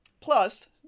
Plus